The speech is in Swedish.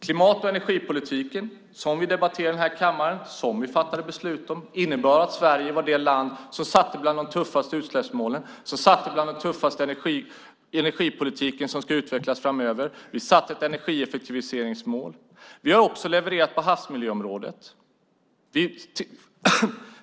Klimat och energipolitiken, som vi har debatterat i den här kammaren och som vi fattade beslut om, innebär att Sverige är det land som har satt bland de tuffaste utsläppsmålen och de tuffaste målen för energipolitiken, som ska utvecklas framöver. Vi satte också upp ett energieffektiviseringsmål. Vi har levererat på havsmiljöområdet.